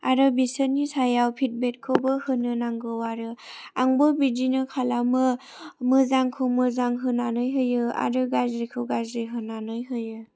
आरो बिसोरनि सायाव फिडबेकखौबो होनो नांगौ आरो आंबो बिदिनो खालामो मोजांखौ मोजां होनानै होयो आरो गाज्रिखौ गाज्रि होनानै होयो